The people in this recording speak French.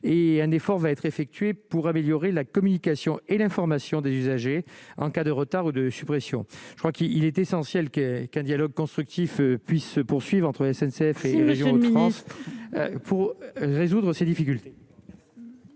et un effort va être effectuée pour améliorer la communication et l'information des usagers en cas de retard ou de suppression, je crois qu'il est essentiel que qu'un dialogue constructif puisse se poursuivent entre la SNCF, si Monsieur pour résoudre ses difficultés.